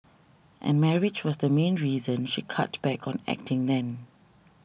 and marriage was the main reason she cut back on acting then